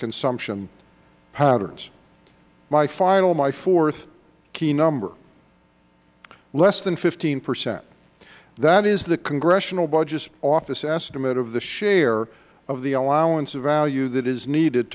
consumption patterns my final my fourth key number less than fifteen percent that is the congressional budget office's estimate of the share of the allowance value that is needed